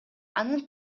анын